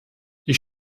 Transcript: ich